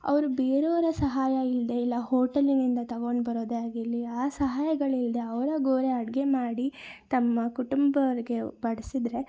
ಅವರು ಬೇರೆಯವರ ಸಹಾಯ ಇಲ್ಲದೇ ಇಲ್ಲ ಹೋಟೆಲಿನಿಂದ ತಗೊಂಡು ಬರೋದೇ ಆಗಿರಲಿ ಆ ಸಹಾಯಗಳಿಲ್ಲದೇ ಅವರಾಗವ್ರೆ ಅಡುಗೆ ಮಾಡಿ ತಮ್ಮ ಕುಟುಂಬದವ್ರ್ಗೆ ಬಡಿಸಿದ್ರೆ